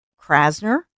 Krasner